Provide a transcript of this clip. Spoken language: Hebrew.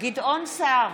גדעון סער,